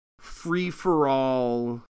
free-for-all